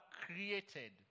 created